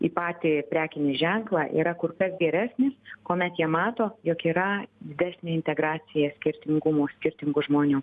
į patį prekinį ženklą yra kur kas geresnis kuomet jie mato jog yra didesnė integracija skirtingumo skirtingų žmonių